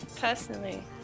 personally